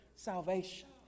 salvation